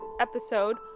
episode